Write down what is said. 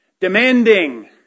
Demanding